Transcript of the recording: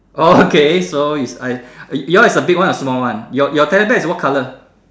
oh okay so is I your is the big one or small one your your teddy bear is what color